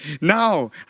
Now